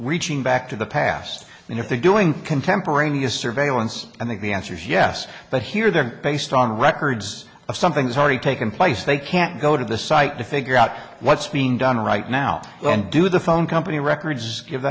reaching back to the past and if they're doing contemporaneous surveillance i think the answer is yes but here they're based on records of something that's already taken place they can't go to the site to figure out what's being done right now and do the phone company records give